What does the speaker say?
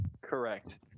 Correct